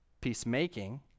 Peacemaking